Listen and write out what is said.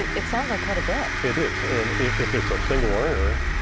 it sounds like quite a bit. it is. and if it's a single earner,